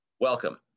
Welcome